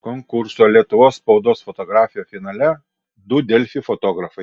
konkurso lietuvos spaudos fotografija finale du delfi fotografai